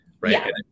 right